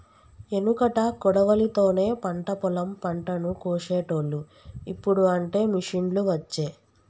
ఎనుకట కొడవలి తోనే పంట పొలం పంటను కోశేటోళ్లు, ఇప్పుడు అంటే మిషిండ్లు వచ్చే